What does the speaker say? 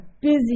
busy